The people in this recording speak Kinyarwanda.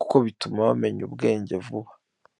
kuko bituma bamenya ubwenge vuba.